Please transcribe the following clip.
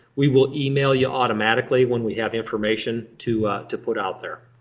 we will email you automatically when we have information to to put out there.